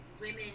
women